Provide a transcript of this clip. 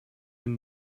den